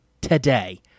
today